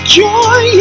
joy